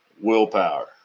Willpower